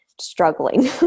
struggling